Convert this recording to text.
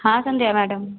हाँ संध्या मैडम